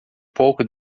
pouco